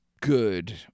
good